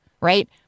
right